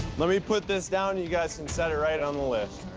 let me put this down. and you guys can set it right on the lift.